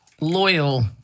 loyal